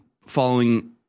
following